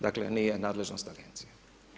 Dakle, nije nadležnost Agencije.